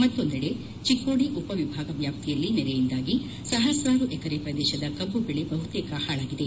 ಮತ್ತೊಂದೆಡೆ ಚಿಕ್ಕೋಡಿ ಉಪವಿಭಾಗ ವ್ಯಾಪಿಯಲ್ಲಿ ನೆರೆಯಿಂದಾಗಿ ಸಹಸ್ರಾರು ಎಕರೆ ಪ್ರದೇಶದ ಕಬ್ಬು ಬೆಳಿ ಬಹುತೇಕ ಹಾಳಾಗಿದೆ